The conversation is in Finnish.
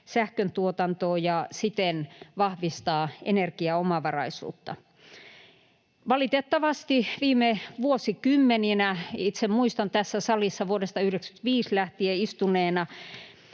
sähköntuotantoon ja siten vahvistaa energiaomavaraisuutta. Valitettavasti viime vuosikymmeninä — itse muistan tässä salissa vuodesta 95 lähtien istuneena